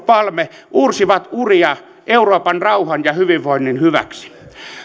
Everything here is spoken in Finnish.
palme uursivat uria euroopan rauhan ja hyvinvoinnin hyväksi